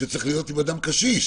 שצריך להיות עם אדם קשיש,